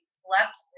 slept